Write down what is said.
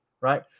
right